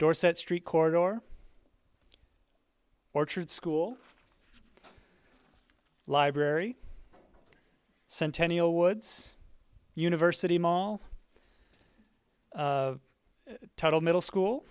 dorset street corridor or orchard school library centennial woods university mall total middle school